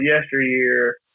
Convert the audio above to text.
yesteryear